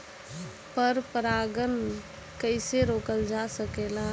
पर परागन कइसे रोकल जा सकेला?